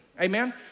Amen